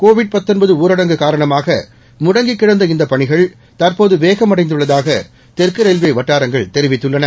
Covid ஊரடங்கு காரணமாக முடங்கிக் கிடந்த இந்தப் பணிகள் தற்போது வேகமடைந்துள்ளதாக தெற்கு ரயில்வே வட்டாரங்கள் தெரிவித்துள்ளன